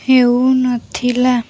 ହେଉ ନଥିଲା